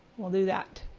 we'll do that.